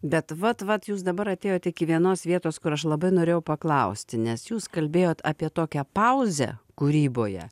bet vat vat jūs dabar atėjot iki vienos vietos kur aš labai norėjau paklausti nes jūs kalbėjot apie tokią pauzę kūryboje